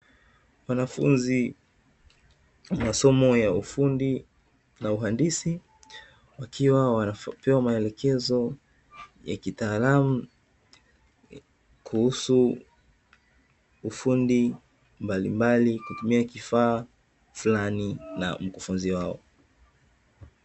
Wanafunzi wa masomo ya ufundi na uhandisi, wakiwa wanapewa maelekezo ya kitaalamu kuhusu ufundi mbalimbali, kwa kutumia kifaa fulani na mkufunzi wao.